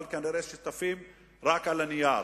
אבל כנראה שותפים רק על הנייר.